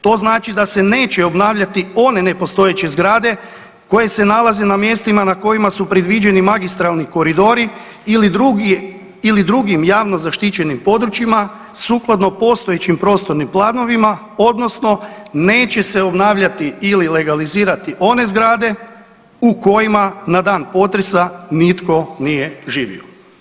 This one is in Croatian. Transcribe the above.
To znači da se neće obnavljati one nepostojeće zgrade koje se nalaze na mjestima na kojima su predviđeni magistralni koridori ili drugi, ili drugim javno zaštićenim područjima sukladno postojećim prostornim planovima odnosno neće se obnavljati ili legalizirati one zgrade u kojima na dan potresa nitko nije živio.